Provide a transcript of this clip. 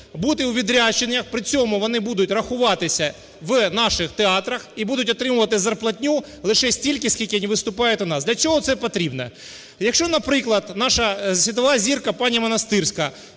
бути у відрядженнях, при цьому вони будуть рахуватися в наших театрах і будуть отримувати зарплатню лише стільки, скільки вони виступають у нас. Для чого це потрібно? Якщо, наприклад, наша світова зірка пані Монастирська